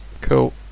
Cool